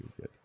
good